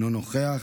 אינו נוכח,